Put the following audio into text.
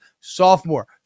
sophomore